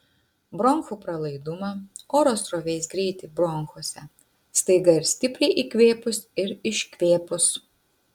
bronchų pralaidumą oro srovės greitį bronchuose staiga ir stipriai įkvėpus ir iškvėpus